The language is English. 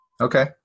Okay